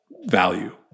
value